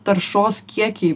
taršos kiekiai